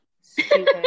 stupid